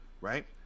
right